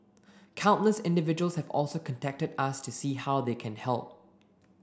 countless individuals have also contacted us to see how they can help